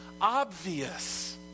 obvious